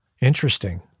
Interesting